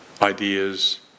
ideas